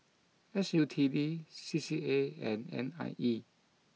S U T D C C A and N I E